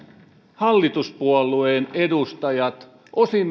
hallituspuolueen edustajat osin